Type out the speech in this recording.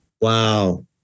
Wow